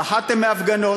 פחדתם מהפגנות,